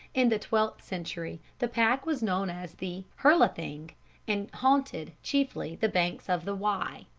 in the twelfth century the pack was known as the herlething and haunted, chiefly, the banks of the wye.